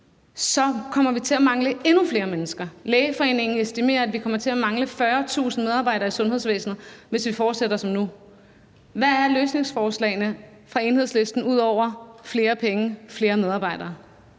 så kommer vi til at mangle endnu flere mennesker. Lægeforeningen estimerer, at vi kommer til at mangle 40.000 medarbejdere i sundhedsvæsenet, hvis vi fortsætter som nu. Hvad er løsningsforslagene fra Enhedslisten, ud over at vi skal sende flere penge